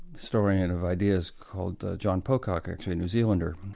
historian of ideas called john pocock, a new zealander,